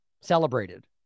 celebrated